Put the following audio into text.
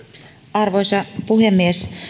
arvoisa puhemies